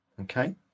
Okay